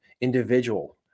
Individual